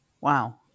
Wow